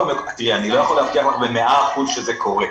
אני לא יכול להבטיח לך ב-100% שזה קורה,